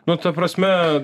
nu ta prasme